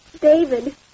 David